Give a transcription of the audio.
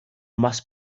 must